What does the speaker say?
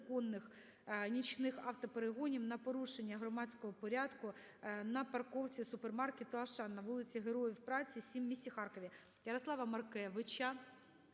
незаконних нічних автоперегонів та порушення громадського порядку на парковці супермаркету "Ашан" по вулиці Героїв Праці, 7 в місті Харкові.